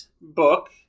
book